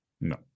No